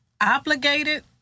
obligated